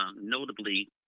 notably